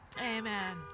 amen